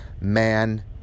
man